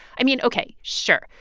i mean, ok, sure,